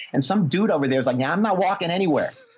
and some dude over there was like, yeah i'm not walking anywhere.